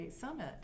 Summit